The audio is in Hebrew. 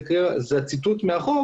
זה ציטוט מהחוק,